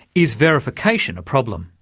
is verification a problem?